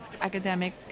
academic